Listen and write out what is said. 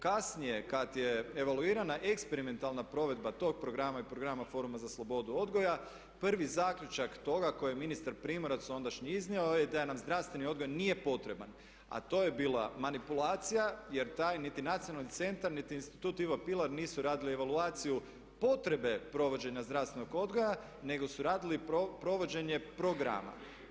Kasnije kad je evaluirana eksperimentalna provedba tog programa i Programa foruma za slobodu odgoja prvi zaključak toga koji je ministar Primorac ondašnji iznio je da nam zdravstveni odgoj nije potreban, a to je bila manipulacija jer taj niti Nacionalni centar, niti Institut "Ivo Pilar" nisu radili evaluaciju potrebe provođenja zdravstvenog odgoja, nego su radili provođenje programa.